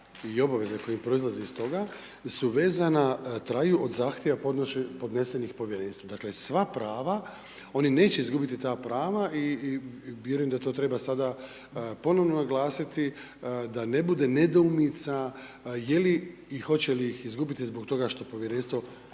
i obaveze koje proizlaze iz toga su vezana, traju od zahtjeva podnesenih povjerenstvu. Dakle, sva prava. Oni neće izgubiti ta prava i vjerujem da to treba sada ponovno naglasiti da ne bude nedoumica je li i hoće li ih izgubiti zbog toga što povjerenstvo